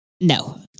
No